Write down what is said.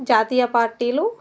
జాతీయ పార్టీలు